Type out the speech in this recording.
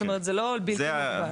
זאת אומרת, זה לא בלתי מוגבל.